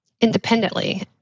independently